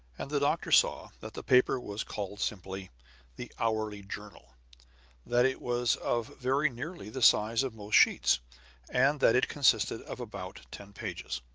and the doctor saw that the paper was called simply the hourly journal that it was of very nearly the size of most sheets and that it consisted of about ten pages.